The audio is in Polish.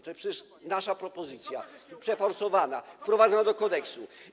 To jest przecież nasza propozycja, przeforsowana, wprowadzona do kodeksu.